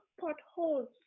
potholes